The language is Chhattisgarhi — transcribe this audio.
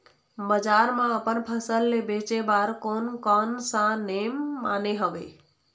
बजार मा अपन फसल ले बेचे बार कोन कौन सा नेम माने हवे?